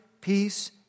peace